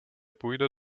půjde